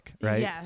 Right